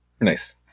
Nice